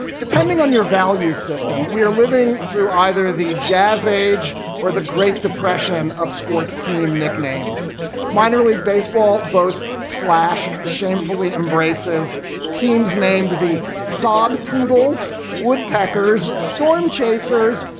depending on your values system. we are living through either the jazz age or the great depression of sports team nicknames minor league baseball boasts slash shamefully embraces teams named the sob poodles, woodpeckers, storm chasers,